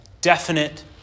definite